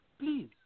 please